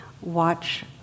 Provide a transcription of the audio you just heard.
watch